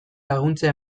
laguntza